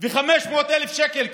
ו-500,000 שקל קנסות,